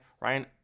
Ryan